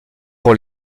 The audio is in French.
pour